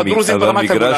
לדרוזים ברמת-הגולן,